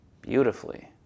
beautifully